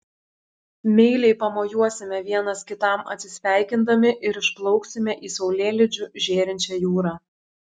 meiliai pamojuosime vienas kitam atsisveikindami ir išplauksime į saulėlydžiu žėrinčią jūrą